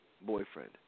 boyfriend